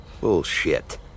Bullshit